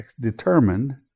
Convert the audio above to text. determined